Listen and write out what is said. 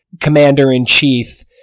commander-in-chief